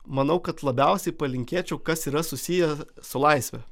manau kad labiausiai palinkėčiau kas yra susiję su laisve